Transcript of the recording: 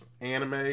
anime